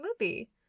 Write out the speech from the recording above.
movie